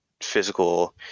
physical